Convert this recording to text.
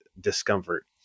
discomfort